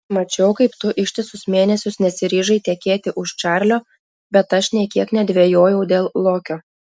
mačiau kaip tu ištisus mėnesius nesiryžai tekėti už čarlio bet aš nė kiek nedvejojau dėl lokio